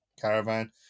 caravan